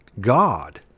god